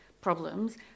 problems